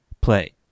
play